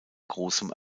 großem